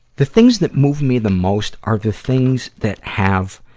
the things that move me the most are the things that have,